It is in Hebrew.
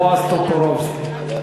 בועז טופורובסקי.